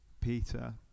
Peter